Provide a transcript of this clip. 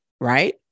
Right